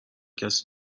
کسی